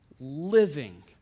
living